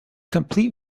complete